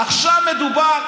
עכשיו מדובר,